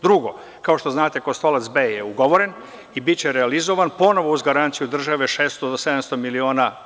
Drugo, kao što znate „Kostolac B“ je ugovoren i biće realizovan ponovo uz garanciju države 600 do 700 miliona.